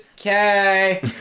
Okay